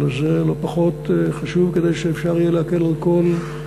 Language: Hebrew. אלא זה לא פחות חשוב כדי שאפשר יהיה להקל את